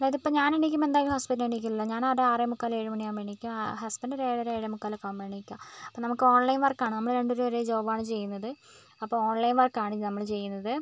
അതായത് ഇപ്പോൾ ഞാൻ എണീക്കുമ്പോൾ എന്തായാലും ഹസ്ബൻഡ് എണീക്കില്ല ഞാൻ ഒരു ആറേമുക്കാൽ ഏഴ് മണിയാകുമ്പം എണീക്കും ഹസ്ബൻഡ് ഒരു ഏഴര ഏഴേ മുക്കാൽ ഒക്കെ ആകുമ്പം എണീക്കും അപ്പം നമുക്ക് ഓൺലൈൻ വർക്കാണ് നമ്മൾ രണ്ടുപേരും ഒരേ ജോബാണ് ചെയ്യുന്നത് അപ്പോൾ ഓൺലൈൻ വർക്കാണ് നമ്മൾ ചെയ്യുന്നത്